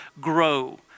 grow